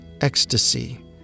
Ecstasy